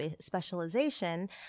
specialization